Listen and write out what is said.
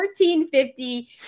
1450